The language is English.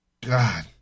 God